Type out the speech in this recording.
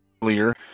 clear